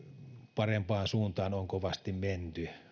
parempaan suuntaan on kovasti menty